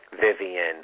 Vivian